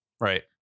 right